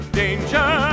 danger